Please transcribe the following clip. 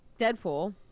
Deadpool